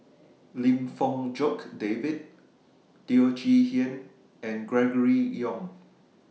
Lim Fong Jock David Teo Chee Hean and Gregory Yong